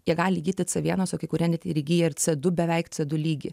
jie gali įgyti c vienas o kai kurie net ir įgyja ir c du beveik c du lygį